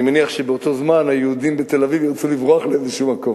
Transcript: אני מניח שבאותו זמן היהודים בתל-אביב ירצו לברוח לאיזה מקום.